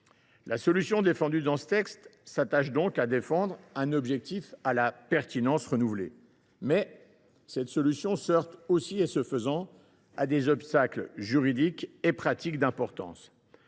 La solution défendue dans ce texte vise donc à défendre un objectif à la pertinence renouvelée. Toutefois, elle se heurte ce faisant à des obstacles juridiques et pratiques d’importance.